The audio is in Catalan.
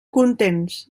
contents